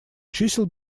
чисел